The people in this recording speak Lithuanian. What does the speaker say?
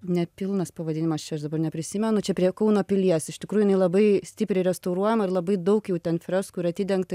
nepilnas pavadinimas čia aš dabar neprisimenu čia prie kauno pilies iš tikrųjų jinai labai stipriai restauruojama ir labai daug jau ten freskų ir atidengta